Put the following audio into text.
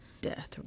death